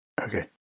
Okay